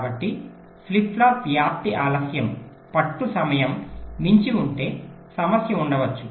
కాబట్టి flip flop వ్యాప్తి ఆలస్యం పట్టు సమయం మించి ఉంటే సమస్య ఉండవచ్చు